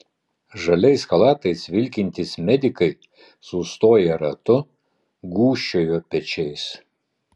žaliais chalatais vilkintys medikai sustoję ratu gūžčioja pečiais